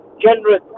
generous